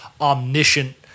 omniscient